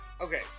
Okay